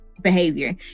behavior